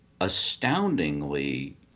astoundingly